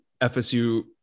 FSU